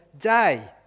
day